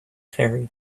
fairy